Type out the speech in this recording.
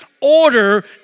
order